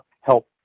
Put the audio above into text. help